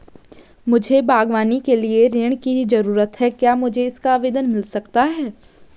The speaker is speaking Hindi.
मुझे बागवानी के लिए ऋण की ज़रूरत है क्या मुझे इसका आवेदन पत्र मिल सकता है?